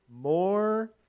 more